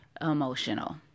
emotional